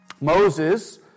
Moses